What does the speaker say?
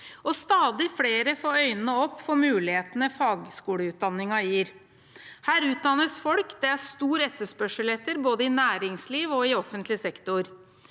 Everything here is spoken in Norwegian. stadig flere får øynene opp for mulighetene fagskoleutdanningen gir. Her utdannes folk det er stor etterspørsel etter både i næringsliv og i offentlig sektor.